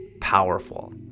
powerful